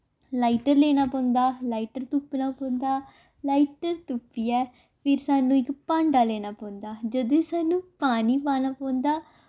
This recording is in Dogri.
लाइटर लेना पौंदा लाइटर तुप्पना पौंदा लाइटर तुप्पियै फिर सानू इक भांडा लैना पौंदा जदूं सानू पानी पाना पौंदा